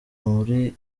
muri